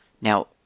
Now